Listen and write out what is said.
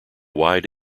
wide